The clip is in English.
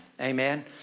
Amen